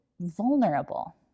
vulnerable